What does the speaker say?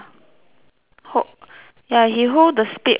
hold ya he hold the spade also it's blue